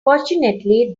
fortunately